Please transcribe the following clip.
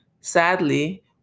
Sadly